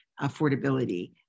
affordability